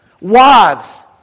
Wives